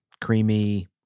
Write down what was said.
creamy